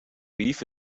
beef